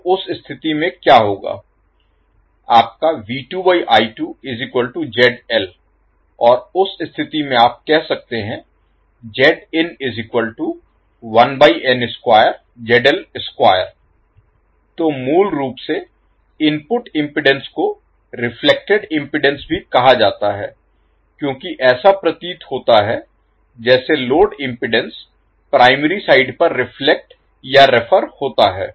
तो उस स्थिति में क्या होगा आपका और उस स्थिति में आप कह सकते हैं तो मूल रूप से इनपुट इम्पीडेन्स को रिफ्लेक्टेड इम्पीडेन्स भी कहा जाता है क्योंकि ऐसा प्रतीत होता है जैसे लोड इम्पीडेन्स प्राइमरी साइड पर रिफ्लेक्ट या रेफेर होता है